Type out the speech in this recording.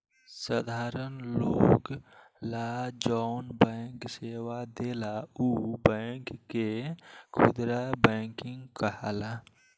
साधारण लोग ला जौन बैंक सेवा देला उ बैंक के खुदरा बैंकिंग कहाला